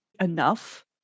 enough